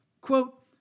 quote